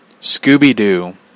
Scooby-Doo